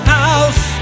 house